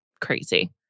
crazy